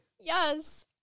Yes